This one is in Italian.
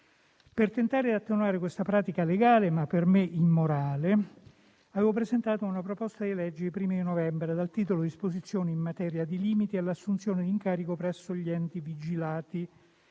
Per tentare di attenuare questa pratica legale - ma per me immorale - avevo presentato una proposta di legge i primi di novembre, dal titolo «Disposizioni in materia di limiti all'assunzione di incarico presso gli enti vigilati»,